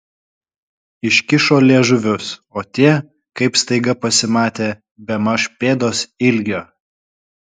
iškišo liežuvius o tie kaip staiga pasimatė bemaž pėdos ilgio